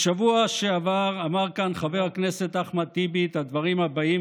בשבוע שעבר אמר כאן חבר הכנסת אחמד טיבי את הדברים הבאים,